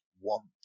want